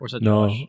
No